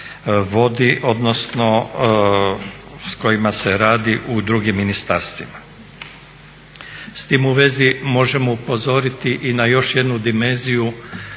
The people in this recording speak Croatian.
vodi odnosno s kojima se radi u drugim ministarstvima. S time u vezi možemo upozoriti i na još jednu dimenziju